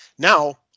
Now